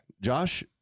Josh